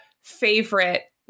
favorite